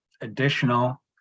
additional